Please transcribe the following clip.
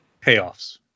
Payoffs